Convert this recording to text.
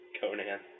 Conan